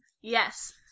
yes